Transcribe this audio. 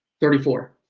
thirty four